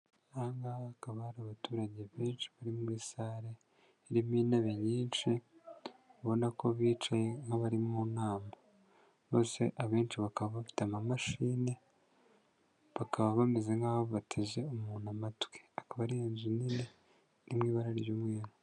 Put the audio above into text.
Aha ngaha hakaba hari abaturage benshi bari muri sale, irimo intebe nyinshi, ubona ko bicaye nk'abari mu nama, bose abenshi bakaba bafite amamashini, bakaba bameze nk'aho bateze umuntu amatwi, akaba ari inzu nini iri mu ibara ry'umweru.